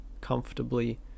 comfortably